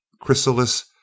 chrysalis